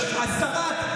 השרה,